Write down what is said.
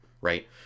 right